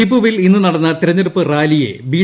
ദിപുവിൽ ഇന്ന് നടന്ന തിരഞ്ഞെ ടുപ്പു റാലിയെ ബി